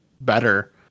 better